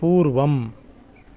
पूर्वम्